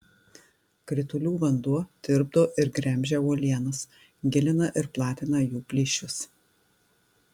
kritulių vanduo tirpdo ir gremžia uolienas gilina ir platina jų plyšius